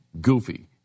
goofy